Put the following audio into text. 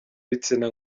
bitsina